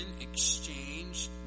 exchange